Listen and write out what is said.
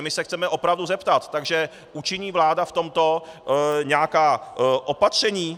My se chceme opravdu zeptat: Učiní vláda v tomto nějaká opatření?